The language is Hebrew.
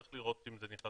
צריך לראות אם זה...